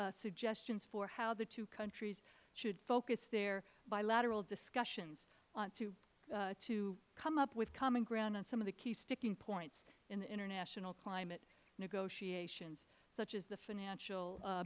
suggestions for how the two countries should focus their bilateral discussions to come up with common ground on some of the key sticking points in the international climate negotiations such as the financial